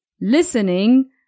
Listening